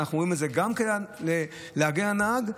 ואנחנו רואים את זה גם כדי להגן על הנהג,